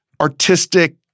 artistic